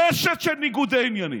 רשת של ניגודי עניינים.